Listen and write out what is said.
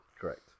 correct